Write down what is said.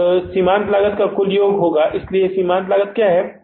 यह सीमांत लागत का कुल योग है इसलिए यहां सीमांत लागत क्या है